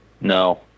No